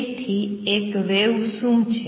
તેથી એક વેવ શું છે